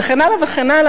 וכן הלאה וכן הלאה.